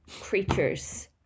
creatures